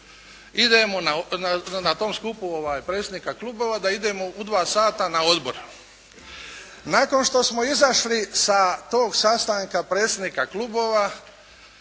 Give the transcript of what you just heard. idemo na tom skupu predsjednika klubova, da idemo u dva sata na odbor. Nakon što smo izašli sa tog sastanka predsjednika klubova,